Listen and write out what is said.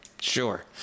Sure